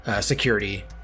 security